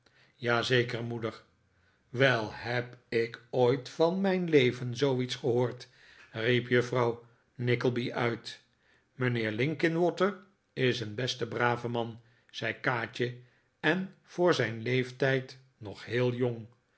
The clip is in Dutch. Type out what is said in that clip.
zeker moeder wel heb ik ooit van mijn leven zooiets gehoord riep juffrouw nickleby uit mijnheer linkinwater is een beste brave man zei kaatje en voor zijn leeftijd nog heel jong